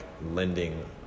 lending